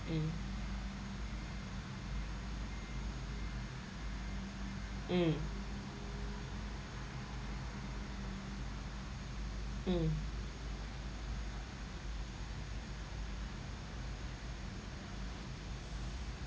mm mm mm